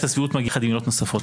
הסבירות מגיעה יחד עם עילות נוספות.